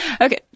Okay